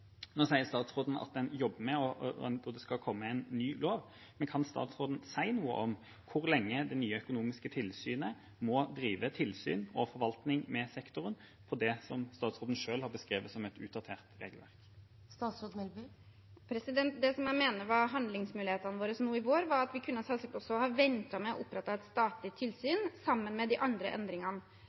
Nå sier statsråden at en jobber med at det skal komme en ny lov, men kan statsråden si noe om hvor lenge det nye økonomiske tilsynet må drive tilsyn og forvaltning med sektoren med det som statsråden selv har beskrevet som et utdatert regelverk? Det jeg mener var handlingsmulighetene våre nå i vår, var at vi selvsagt også kunne ha ventet med å opprette et statlig tilsyn, sammen med de andre endringene.